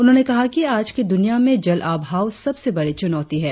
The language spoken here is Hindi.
उन्होंने कहा कि आज कि दुनिया में जलअभाव सबसे बड़ी चुनौती है